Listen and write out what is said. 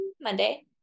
Monday